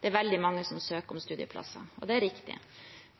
veldig mange som søker om studieplasser, og det er riktig.